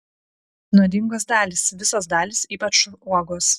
nuodingos dalys visos dalys ypač uogos